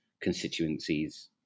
constituencies